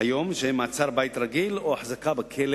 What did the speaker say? עד היום, שהן מעצר-בית רגיל או החזקה בכלא